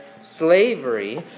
slavery